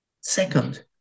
Second